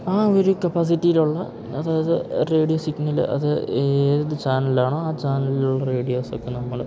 ആ ഒരു കപ്പാസിറ്റിയിലുള്ള അതായത് റേഡിയോ സിഗ്നൽ അത് ഏത് ചാനലിലാണോ ആ ചാനലിലുള്ള റേഡിയോസൊക്കെ നമ്മൾ